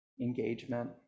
engagement